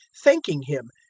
thanking him.